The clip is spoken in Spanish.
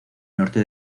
norte